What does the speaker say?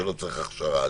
שלא צריך הכשרה אגב.